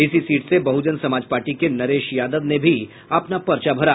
इसी सीट से बहजन समाज पार्टी के नरेश यादव ने भी अपना पर्चा भरा